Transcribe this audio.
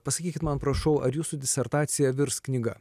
pasakykit man prašau ar jūsų disertacija virs knyga